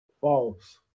False